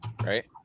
right